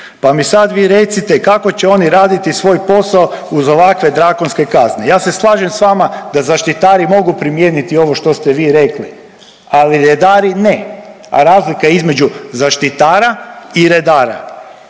Pa mi sad vi recite kako će oni raditi svoj posao uz ovakve drakonske kazne? Ja se slažem s vama da zaštitari mogu primijeniti ovo što ste vi rekli, ali redari ne. A razlika između zaštitara i redara,